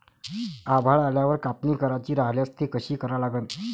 आभाळ आल्यावर कापनी करायची राह्यल्यास ती कशी करा लागन?